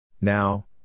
Now